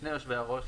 שני יושבי הראש,